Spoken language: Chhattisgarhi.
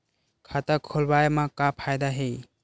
खाता खोलवाए मा का फायदा हे